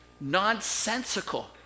nonsensical